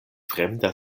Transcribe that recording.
fremda